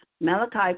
Malachi